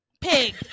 pig